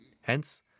Hence